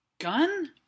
gun